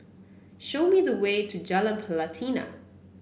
show me the way to Jalan Pelatina